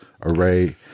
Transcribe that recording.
array